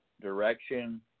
Direction